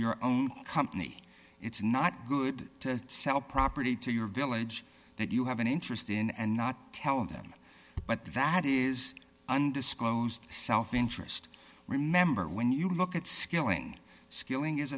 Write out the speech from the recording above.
your own company it's not good to sell property to your village that you have an interest in and not tell them but that is undisclosed self interest remember when you look at skilling skilling